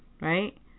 right